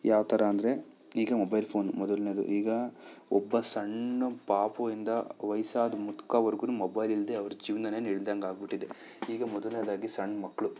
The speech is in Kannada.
ಯಾವ ಥರ ಅಂದರೆ ಈಗ ಮೊಬೈಲ್ ಫೋನು ಮೊದಲನೇದು ಈಗ ಒಬ್ಬ ಸಣ್ಣ ಪಾಪುವಿಂದ ವಯಸ್ಸಾದ ಮುದ್ಕವರೆಗೂ ಮೊಬೈಲ್ ಇಲ್ದೆ ಅವ್ರ ಜೀವನವೇ ನಿಲ್ದಂಗೆ ಆಗಿಬಿಟ್ಟಿದೆ ಈಗ ಮೊದಲನೇದಾಗಿ ಸಣ್ಣ ಮಕ್ಳು